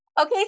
Okay